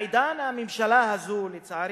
בעידן הממשלה הזאת גילינו, לצערי,